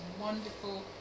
wonderful